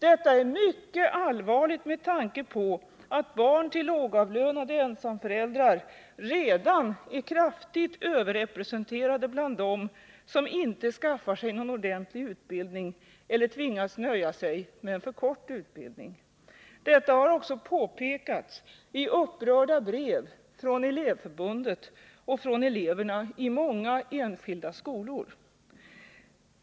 Detta är mycket allvarligt med tanke på att barn till lågavlönade ensamföräldrar redan är kraftigt överrepresenterade bland dem som inte skaffar sig någon ordentlig utbildning eller som tvingas nöja sig med för kort utbildning. Detta har också påpekats i upprörda brev från Elevförbundet och från eleverna i många enskilda skolor.